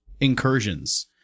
incursions